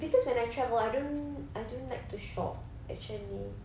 cause when I travel I don't I don't like to shop actually